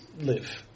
live